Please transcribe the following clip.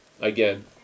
Again